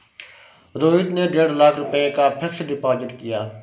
रोहित ने डेढ़ लाख रुपए का फ़िक्स्ड डिपॉज़िट किया